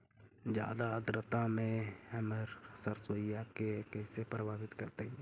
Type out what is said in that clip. जादा आद्रता में हमर सरसोईय के कैसे प्रभावित करतई?